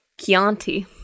Chianti